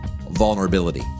vulnerability